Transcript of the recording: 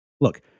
Look